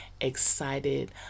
excited